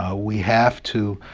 ah we have to